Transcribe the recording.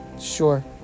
sure